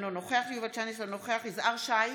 אינו נוכח יובל שטייניץ, אינו נוכח יזהר שי,